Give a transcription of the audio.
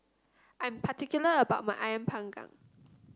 I'm particular about my ayam Panggang